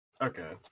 Okay